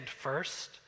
first